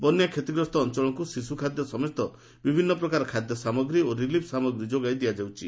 ବନ୍ୟା କ୍ଷତିଗ୍ରସ୍ତ ଲୋକଙ୍କୁ ଶିଶୁ ଖାଦ୍ୟ ସମେତ ବିଭିନ୍ନ ପ୍ରକାର ଖାଦ୍ୟ ସାମଗ୍ରୀ ଓ ରିଲିଫ୍ ସାମଗ୍ରୀ ଯୋଗାଇ ଦିଆଯାଉଛି